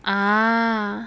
ah